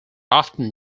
often